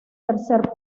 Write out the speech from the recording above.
tercer